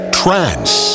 trance